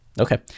Okay